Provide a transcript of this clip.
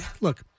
Look